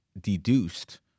deduced